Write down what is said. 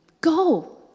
Go